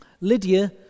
Lydia